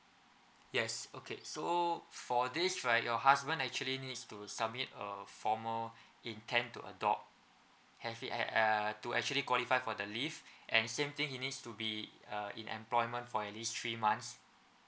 yes okay so for this right your husband actually needs to submit uh formal intend to adopt have he a~ uh to actually qualify for the leave and same thing he needs to be uh in employment for at least three months